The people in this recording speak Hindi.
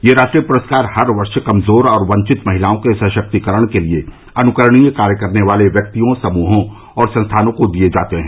ये राष्ट्रीय पुरस्कार हर वर्ष कमज़ोर और वंचित महिलाओं के सशक्तीकरण के लिए अनुकरणीय कार्य करने वाले व्यक्ति समूहों और संस्थानों को दिये जाते हैं